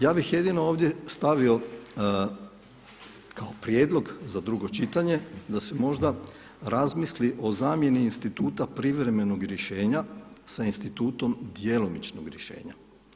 Ja bih jedino ovdje stavio kao prijedlog za drugo čitanje da se možda razmisli o zamjeni instituta privremenog rješenja sa institutom djelomičnog rješenja.